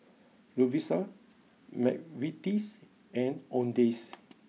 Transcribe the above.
Lovisa McVitie's and Owndays